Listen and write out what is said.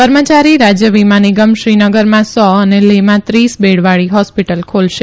કર્મચારી રાજય વીમા નિગમ શ્રીનગરમાં સો અને લેહમાં ત્રીસ બેડવાળી હોસ્પીટલ ખોલશે